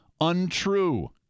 untrue